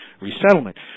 resettlement